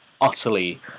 utterly